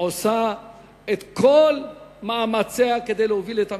עושה את כל מאמציה כדי להוביל את המדינה,